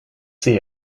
see